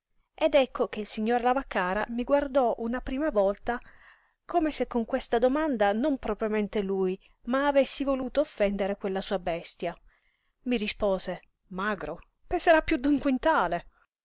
ed ecco che il signor lavaccara mi guardò una prima volta come se con questa domanda non propriamente lui ma avessi voluto offendere quella sua bestia mi rispose magro peserà piú d'un quintale